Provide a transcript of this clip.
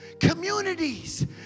communities